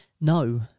no